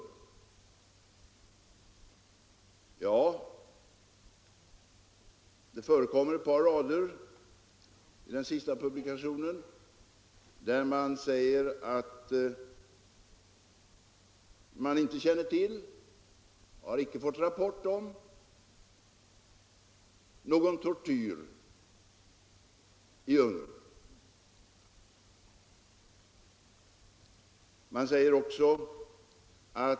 I organisationens senaste publikation förekommer det ett par rader där man säger att man 130 icke har fått rapport om någon tortyr i Ungern.